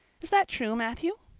is that true, matthew?